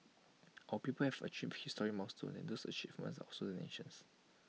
our people have achieve historic milestones and those achievements are also the nation's